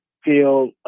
feel